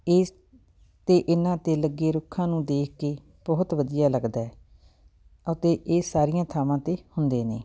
ਇਸ 'ਤੇ ਇਹਨਾਂ 'ਤੇ ਲੱਗੇ ਰੁੱਖਾਂ ਨੂੰ ਦੇਖ ਕੇ ਬਹੁਤ ਵਧੀਆ ਲੱਗਦਾ ਅਤੇ ਇਹ ਸਾਰੀਆਂ ਥਾਵਾਂ 'ਤੇ ਹੁੰਦੇ ਨੇ